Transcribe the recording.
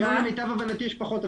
היום למיטב הבנתי יש פחות אפילו.